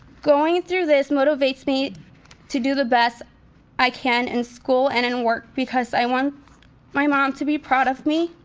going through this motivates me to do the best i can in school and in work, because i want my mom to be proud of me.